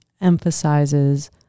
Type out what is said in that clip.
emphasizes